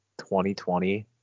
2020